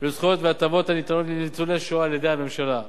ובזכויות והטבות הניתנות לניצולי השואה על-ידי הממשלה.